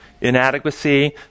inadequacy